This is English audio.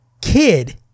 kid